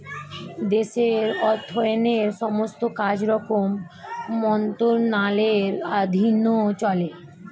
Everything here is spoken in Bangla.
দেশের অর্থায়নের সমস্ত কাজকর্ম মন্ত্রণালয়ের অধীনে চলে